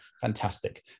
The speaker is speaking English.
fantastic